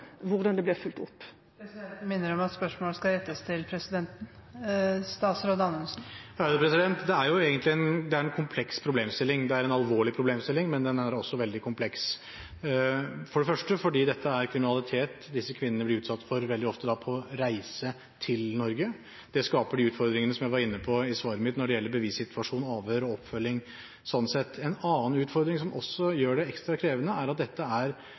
hvordan det blir fulgt opp. Presidenten minner om at spørsmålet skal rettes til presidenten. Det er en kompleks problemstilling. Det er en alvorlig problemstilling, men den er også veldig kompleks, for det første fordi dette er kriminalitet disse kvinnene blir utsatt for veldig ofte på reise til Norge. Det skaper de utfordringene som jeg var inne på i svaret mitt når det gjelder bevissituasjon, avhør, oppfølging sånn sett. En annen utfordring som gjør det ekstra krevende, er at dette er